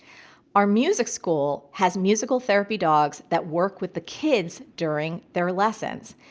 our music school has musical therapy dogs that work with the kids during their lessons.